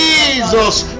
Jesus